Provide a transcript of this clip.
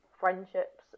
friendships